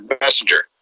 messenger